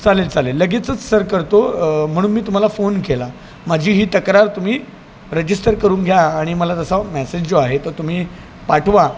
चालेल चालेल लगेचच सर करतो म्हणून मी तुम्हाला फोन केला माझी ही तक्रार तुम्ही रजिस्टर करून घ्या आणि मला तसा मॅसेज जो आहे तो तुम्ही पाठवा